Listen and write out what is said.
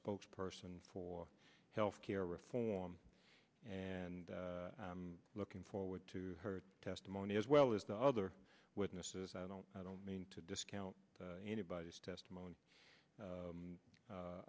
spokes person for health care reform and i'm looking forward to her testimony as well as the other witnesses i don't i don't mean to discount anybody's testimony